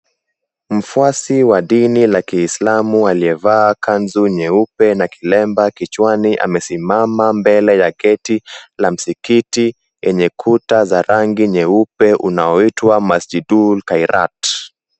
Mfuasi wa dini la Kiislamu aliyevaa kanzu nyeupe na kilemba kichwani amesimama mbele ya geti la msikiti yenye kuta za rangi nyeupe unaoitwa MASJIDUL KHAIRAT.